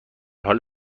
حال